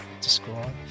describe